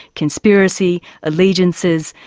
conspiracy, allegiances,